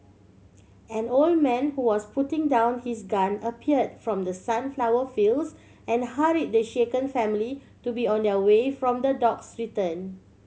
an old man who was putting down his gun appeared from the sunflower fields and hurry the shaken family to be on their way from the dogs return